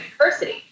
University